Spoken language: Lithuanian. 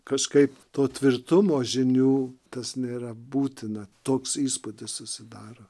kažkaip to tvirtumo žinių tas nėra būtina toks įspūdis susidaro